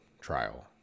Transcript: trial